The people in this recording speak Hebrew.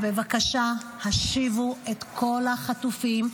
בבקשה, השיבו את כל החטופים.